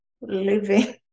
living